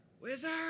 Wizard